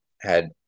had-